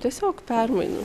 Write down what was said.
tiesiog permainų